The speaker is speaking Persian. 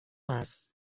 است